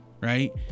right